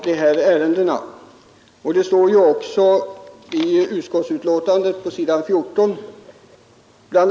Det heter också i utskottets betänkande på s. 14: ”Bl.